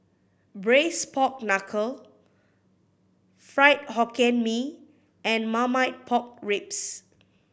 Braised Pork Knuckle Fried Hokkien Mee and Marmite Pork Ribs